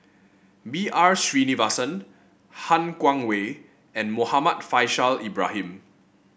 B R Sreenivasan Han Guangwei and Muhammad Faishal Ibrahim